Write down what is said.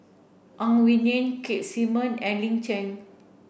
Ang Wei Neng Keith Simmon and Lin Chen